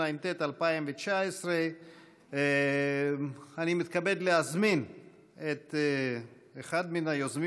התשע"ט 2019. אני מתכבד להזמין את אחד מן היוזמים